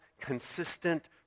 consistent